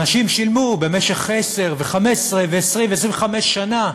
אנשים שילמו במשך עשר, ו-15, ו-20 ו-25 שנה,